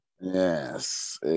Yes